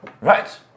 right